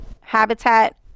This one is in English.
Habitat